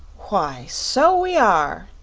why, so we are!